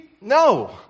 No